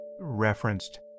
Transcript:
referenced